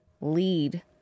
lead